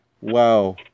Wow